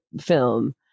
film